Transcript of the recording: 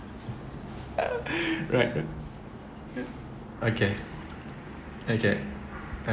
uh right right okay okay